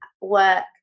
work